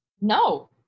No